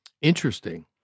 Interesting